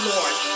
Lord